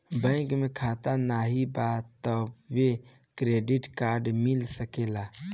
Bank में खाता नाही बा तबो क्रेडिट कार्ड मिल सकेला?